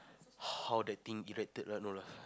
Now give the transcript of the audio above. how that thing erected lah no lah